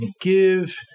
give